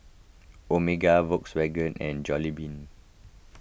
Omega Volkswagen and Jollibean